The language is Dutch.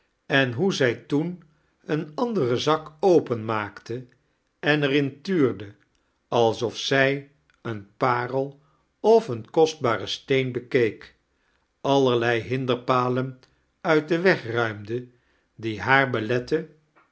en hoe zij toen een anderem zak openmaakte en er in tuurde alsof zij een parel of een kostbaren steen bekeek allerlei hinderpalen uit den weg ruimende die haar beletten